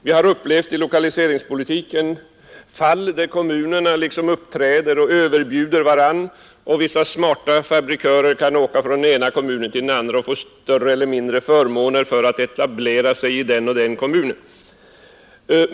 Vi har i lokaliseringspolitiken upplevt fall där kommuner uppträder och liksom överbjuder varandra, och vissa smarta fabrikörer kan åka från den ena kommunen till den andra och få större eller mindre förmåner för att de etablerar sig i en viss kommun.